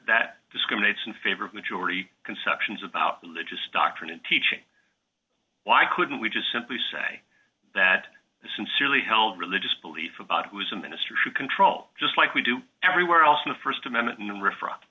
that discriminates in favor of majority conceptions about religious doctrine and teaching why couldn't we just simply say that sincerely held religious belief about it was a ministry control just like we do everywhere else in the st amendment and refer